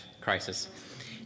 crisis